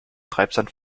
treibsand